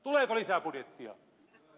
tuleeko lisäbudjettia